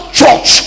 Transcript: church